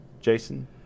Jason